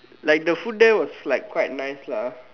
like the food there is quite nice lah